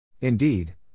Indeed